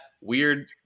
weird